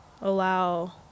allow